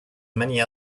many